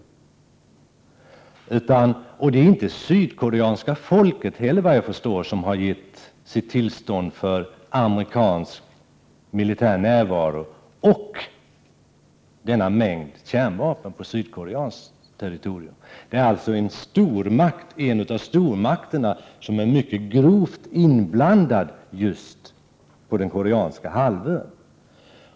Det är inte heller det sydkoreanska folket som givit sitt tillstånd till amerikansk militär närvaro och denna mängd kärnvapen på sydkoreanskt territorium. Det är alltså en av stormakterna som är i högsta grad inblandad just på den koreanska halvön.